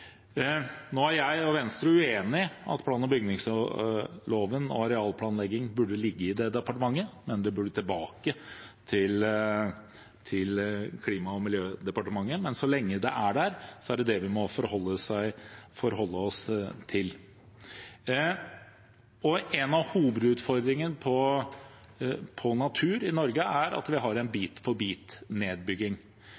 Nå er jeg og Venstre uenig i at plan- og bygningsloven og arealplanlegging ligger i det departementet, det burde tilbake til Klima- og miljødepartementet. Men så lenge det er der, er det det vi må forholde oss til. En av hovedutfordringene på natur i Norge er at vi har en